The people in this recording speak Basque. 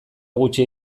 gutxi